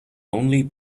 only